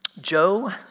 Joe